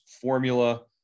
formula